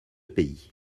pays